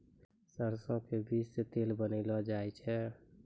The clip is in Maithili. सरसों के बीज सॅ तेल बनैलो जाय छै